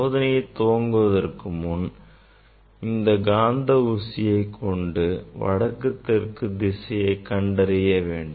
சோதனையை துவங்குவதற்கு முன் இந்த காந்த ஊசியை கொண்டு வடக்கு தெற்கு திசை கண்டறிய வேண்டும்